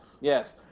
Yes